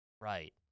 Right